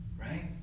right